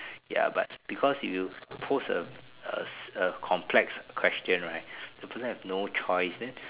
ya but because you post a a a complex question right the person have no choice then